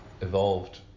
evolved